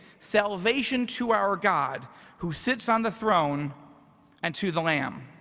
salvation to our god who sits on the throne and to the lamb